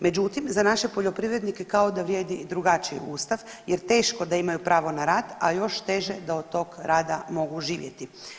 Međutim, za naše poljoprivrednike kao da vrijedi drugačiji Ustav jer teško da imaju prvo na rad, a još teže da od tog rada mogu živjeti.